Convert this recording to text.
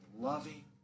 loving